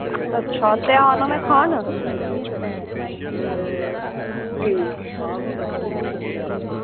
अच्छा ते आवा ना में खान